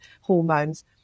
hormones